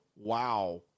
wow